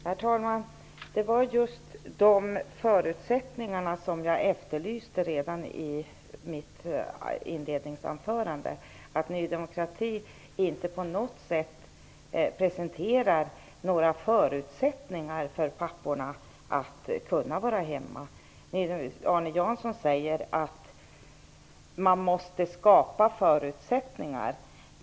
Herr talman! Jag efterlyste de förutsättningarna redan i mitt inledningsanförande. Ny demokrati presenterar inte på något sätt några förutsättningar för papporna att kunna vara hemma. Arne Jansson säger att det måste skapas förutsättningar.